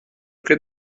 club